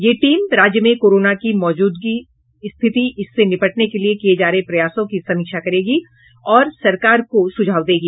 यह टीम राज्य में कोरोना की मौजूदा स्थिति और इससे निपटने के किये जा रहे प्रयासों की समीक्षा करेगी और सरकार को सुझाव देगी